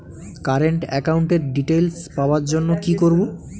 Current একাউন্টের details পাওয়ার জন্য কি করব?